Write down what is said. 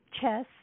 chess